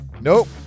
Nope